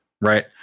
Right